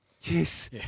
Yes